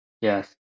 yes